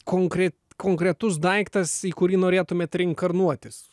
konkre konkretus daiktas į kurį norėtumėt reinkarnuotis